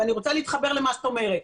ואני רוצה להתחבר למה שאת אומרת,